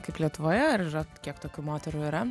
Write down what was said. kaip lietuvoje ar yra kiek tokių moterų yra